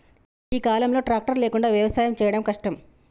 ఈ కాలం లో ట్రాక్టర్ లేకుండా వ్యవసాయం చేయడం కష్టం